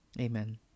Amen